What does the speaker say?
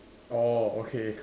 orh okay